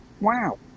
Wow